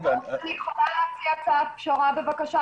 אני יכולה להציע הצעת פשרה, בבקשה?